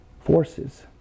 forces